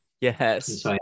Yes